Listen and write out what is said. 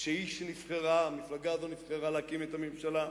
שהיא המפלגה שנבחרה להקים את הממשלה,